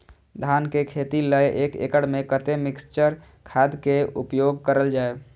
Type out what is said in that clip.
धान के खेती लय एक एकड़ में कते मिक्चर खाद के उपयोग करल जाय?